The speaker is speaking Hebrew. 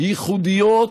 ייחודיות